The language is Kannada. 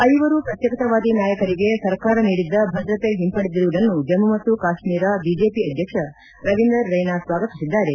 ಐವರು ಪ್ರತ್ಯೇಕತಾವಾದಿ ನಾಯಕರಿಗೆ ಸರ್ಕಾರ ನೀಡಿದ್ದ ಭದ್ರತೆ ಹಿಂಪಡೆದಿರುವುದನ್ನು ಜಮ್ನು ಮತ್ತು ಕಾಶ್ನೀರ ಬಿಜೆಪಿ ಅಧ್ವಕ್ಷ ರವೀಂದರ್ ರೈನಾ ಸ್ವಾಗತಿಸಿದ್ದಾರೆ